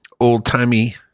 old-timey